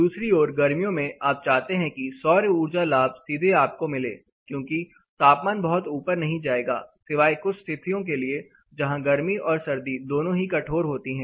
दूसरी ओर गर्मियों में आप चाहते हैं कि सौर ऊर्जा लाभ सीधे आपको मिले क्योंकि तापमान बहुत ऊपर नहीं जाएगा सिवाय कुछ स्थितियों के लिए जहां गर्मी और सर्दी दोनों ही कठोर होते हैं